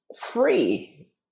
free